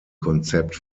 konzept